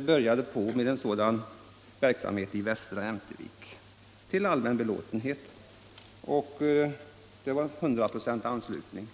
begäran, och en sådan verksamhet började i Västra Ämtervik till allmän belåtenhet — det var hundraprocentig anslutning.